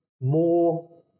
more